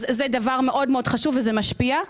זה דבר מאוד מאוד חשוב, וזה משפיע.